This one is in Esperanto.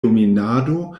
dominado